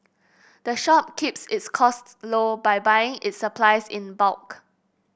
the shop keeps its costs low by buying its supplies in bulk